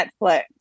Netflix